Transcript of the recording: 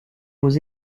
aux